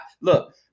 look